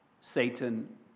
Satan